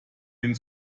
den